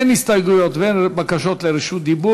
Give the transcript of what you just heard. אין הסתייגויות ואין בקשות לרשות דיבור.